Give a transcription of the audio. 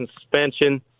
Suspension